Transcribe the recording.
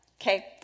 Okay